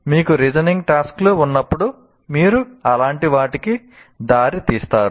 మీకు reasoning task లు ఉన్నప్పుడు మీరు అలాంటి వాటికి దారి తీస్తారు